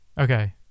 Okay